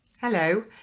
Hello